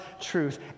truth